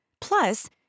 Plus